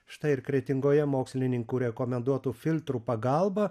štai ir kretingoje mokslininkų rekomenduotų filtrų pagalba